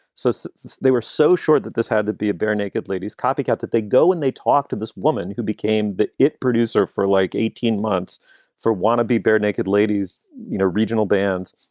so so they were so short that this had to be a bare naked ladies copy cat that they go when they talk to this woman who became the producer for like eighteen months for want to be bare naked ladies, you know, regional bands